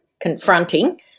confronting